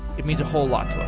it means a whole lot